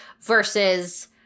versus